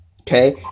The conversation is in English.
Okay